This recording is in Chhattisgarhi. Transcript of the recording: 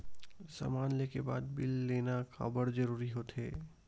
समान ले के बाद बिल लेना काबर जरूरी होथे?